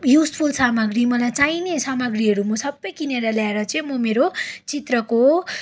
useful सामाग्रीहरू मलाई चाहिने समाग्रीहरू म सबै किनेर ल्याएर चाहिँ म मेरो चित्रको